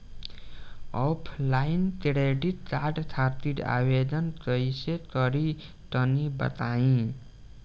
Offline credit card खातिर आवेदन कइसे करि तनि बताई?